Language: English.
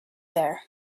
there